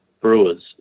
brewers